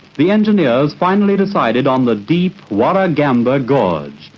the engineers finally decided on the deep warragamba gorge.